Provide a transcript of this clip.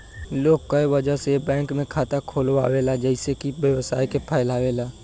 लोग कए वजह से ए बैंक में खाता खोलावेला जइसे कि व्यवसाय के फैलावे ला